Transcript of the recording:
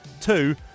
Two